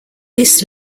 this